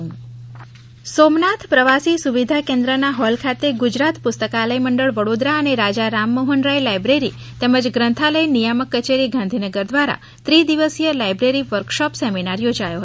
library workshop Somnath પ્રવાસી સુવિધા કેન્દ્રના હોલ ખાતે ગુજરાત પુસ્તકાલય મંડળ વડોદરા અને રાજા રામમોહનરાય લાયબ્રેરી તેમજ ગ્રંથાલય નિયામક કચેરી ગાંધીનગર દ્વારા ત્રિ દિવસીય લાયબ્રેરી વર્કશોપ સેમિનાર યોજાયો